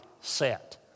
set